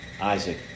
Isaac